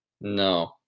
No